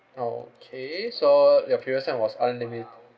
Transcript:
okay so your previous plan was unlimit